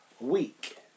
week